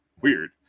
Weird